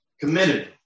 committed